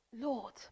Lord